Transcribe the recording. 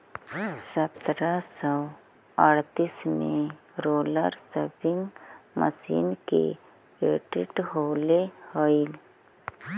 सत्रह सौ अड़तीस में रोलर स्पीनिंग मशीन के पेटेंट होले हलई